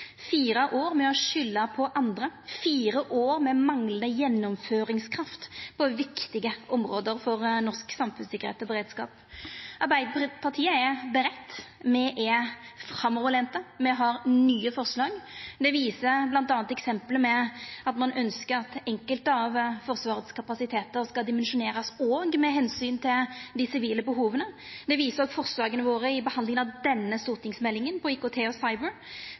fire år med å skulda på andre, fire år med manglande gjennomføringskraft på viktige område for norsk samfunnssikkerheit og beredskap. Arbeidarpartiet er klare, me er framoverlente, me har nye forslag, bl.a. ønskjer me at enkelte av Forsvarets kapasitetar skal dimensjonerast òg med omsyn til dei sivile behova. Me viser til forslaga våre i behandlinga av denne stortingsmeldinga om IKT og